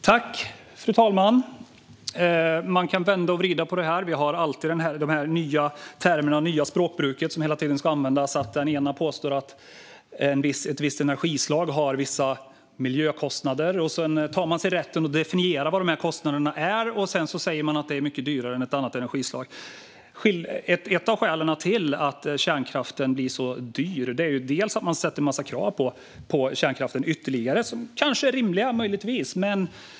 Fru talman! Man kan vända och vrida på detta. Vi har alltid nya termer och det nya språkbruket som hela tiden ska användas. Den ene påstår att ett visst energislag har vissa miljökostnader och tar sig rätten att definiera vilka dessa kostnader är och säger att det är mycket dyrare än ett annat energislag. Ett skäl till att kärnkraften blir så dyr är att man ställer en massa ytterligare krav på kärnkraften som kanske är rimliga.